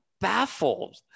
baffled